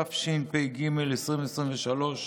התשפ"ג 2023,